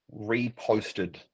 reposted